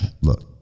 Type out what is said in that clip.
look